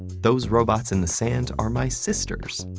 those robots in the sand are my sisters